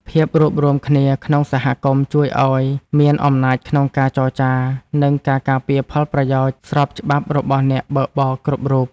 ភាពរួបរួមគ្នាក្នុងសហគមន៍ជួយឱ្យមានអំណាចក្នុងការចរចា និងការការពារផលប្រយោជន៍ស្របច្បាប់របស់អ្នកបើកបរគ្រប់រូប។